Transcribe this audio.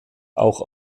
auch